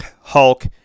Hulk